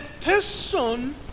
person